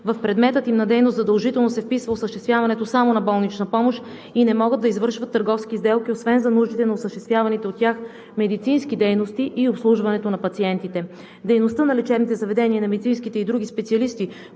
в предмета им на дейност задължително се вписва осъществяването само на болнична помощ и те не могат да извършват търговски сделки освен за нуждите на осъществяваните от тях медицински дейности и обслужването на пациентите. Дейността на лечебните заведения, на медицинските и другите специалисти,